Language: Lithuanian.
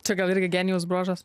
čia gal irgi genijaus bruožas